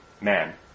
man